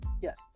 Yes